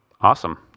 Awesome